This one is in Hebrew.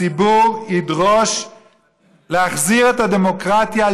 הציבור ידרוש להחזיר את הדמוקרטיה,